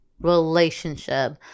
relationship